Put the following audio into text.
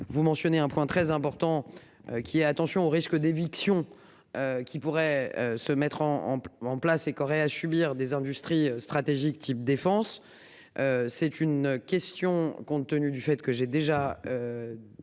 Vous mentionnez un point très important. Qui est attention au risque d'éviction. Qui pourrait se mettre en, en, en place et Correa subir des industries stratégiques type défense. C'est une question, compte tenu du fait que j'ai déjà.